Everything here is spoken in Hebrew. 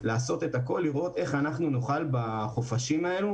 לעשות את הכול ולראות איך אנחנו נוכל בחופשים האלה